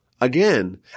again